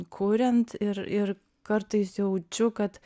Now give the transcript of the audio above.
kuriant ir ir kartais jaučiu kad